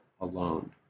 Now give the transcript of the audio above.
alone